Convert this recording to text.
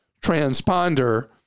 transponder